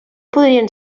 podrien